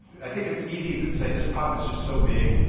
i think it's easy to say this problem is just so big.